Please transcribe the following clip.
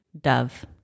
dove